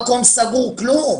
היום.